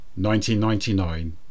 1999